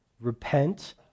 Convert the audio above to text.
Repent